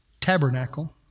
tabernacle